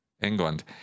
England